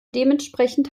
dementsprechend